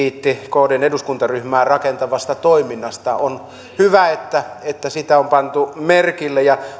kiitti kdn eduskuntaryhmää rakentavasta toiminnasta on hyvä että että se on pantu merkille ja